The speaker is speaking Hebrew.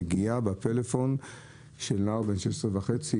נגיעה בפלאפון של נער בן 16.5,